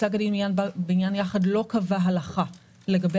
פסק הדין בעניין יחד לא קבע הלכה לגבי